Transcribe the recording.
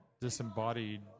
disembodied